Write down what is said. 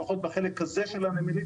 לפחות בחלק הזה של הנמלים,